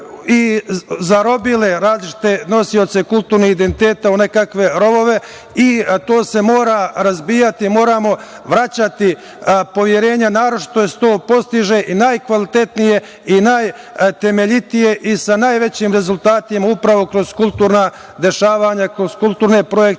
i zarobile različite nosioce kulturnih identiteta u nekakve rovove. To se mora razbijati. Moramo vraćati poverenje. To se naročito postiže i najkvalitetnije i najtemeljitije i sa najvećim rezultatima upravo kroz kulturna dešavanja, kroz kulturne projekte